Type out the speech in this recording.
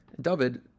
David